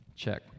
check